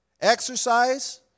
exercise